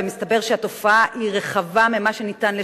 ומסתבר שהתופעה היא רחבה ממה שניתן לשער,